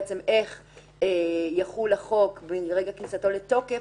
בעצם איך יחול החוק ברגע כניסתו לתוקף